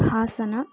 Hassan